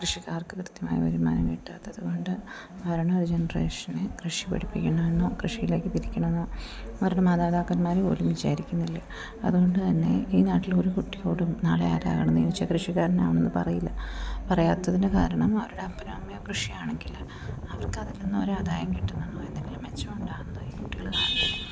കൃഷിക്കാർക്ക് കൃത്യമായി വരുമാനം കിട്ടാത്തതു കൊണ്ട് അവർ ന്യൂജനറേഷനെ കൃഷി പഠിപ്പിക്കണമെന്നോ കൃഷിയിലേക്ക് തിരിക്കണമെന്നോ അവരുടെ മാതാപിതാക്കന്മാർ പോലും വിചാരിക്കുന്നില്ല അതുകൊണ്ട് തന്നെ ഈ നാട്ടിൽ ഒരു കുട്ടിയോടും നാളെ ആരാകണമെന്ന് ചോദിച്ചാൽ കൃഷിക്കാരനാകണമെന്ന് പറയില്ല പറയാത്തതിൻ്റെ കാരണം അവരുടെ അപ്പനോ അമ്മയോ കൃഷിയാണെങ്കിൽ അവർക്ക് അതിൽ നിന്ന് ഒരു ആദായം കിട്ടുന്നതോ എന്തെങ്കിലും മെച്ചമുണ്ടാകുന്നതോ ഈ കുട്ടികൾ കാണുന്നില്ല